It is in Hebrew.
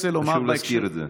אז חשוב להזכיר את זה.